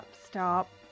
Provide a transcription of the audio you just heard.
stop